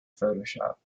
photoshop